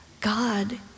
God